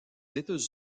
états